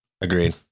Agreed